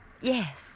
Yes